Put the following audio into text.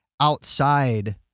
outside